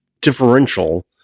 differential